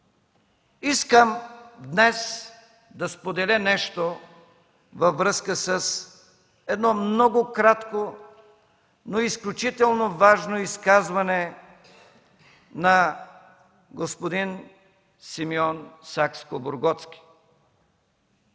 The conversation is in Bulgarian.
Искам днес да споделя нещо във връзка с едно много кратко, но изключително важно изказване на господин Симеон Сакскобургготски.